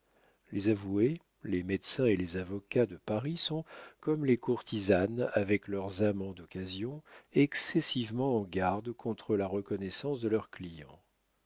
les avoués les médecins et les avocats de paris sont comme les courtisanes avec leurs amants d'occasion excessivement en garde contre la reconnaissance de leurs clients